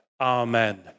Amen